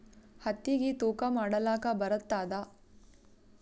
ಹತ್ತಿಗಿ ತೂಕಾ ಮಾಡಲಾಕ ಬರತ್ತಾದಾ?